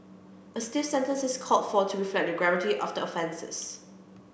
a stiff sentence is called for to reflect the gravity of the offences